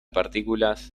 partículas